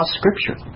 scripture